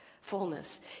fullness